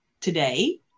Today